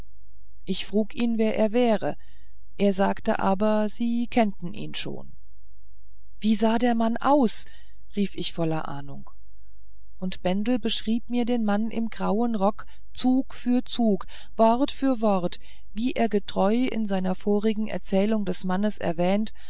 ich frug ihn wer er wäre er sagte aber sie kennten ihn schon wie sah der mann aus rief ich voller ahnung und bendel beschrieb mir den mann im grauen rocke zug für zug wort für wort wie er getreu in seiner vorigen erzählung des mannes erwähnt